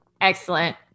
excellent